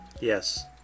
yes